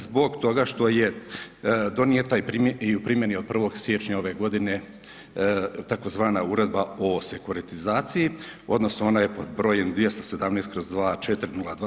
Zbog toga što je donijeta i u primjeni od 1. siječnja ove godine tzv. Uredba o sekuritizaciji, odnosno ona je pod br. 217/